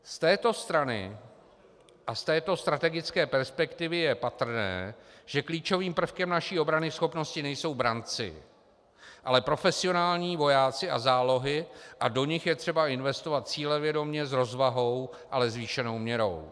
Z této strany a z této strategické perspektivy je patrné, že klíčovým prvkem naší obranyschopnosti nejsou branci, ale profesionální vojáci a zálohy a do nich je třeba investovat cílevědomě, s rozvahou, ale zvýšenou měrou.